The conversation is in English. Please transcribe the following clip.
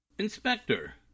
Inspector